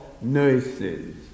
nurses